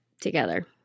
together